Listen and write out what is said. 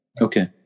Okay